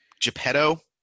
Geppetto